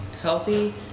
healthy